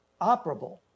operable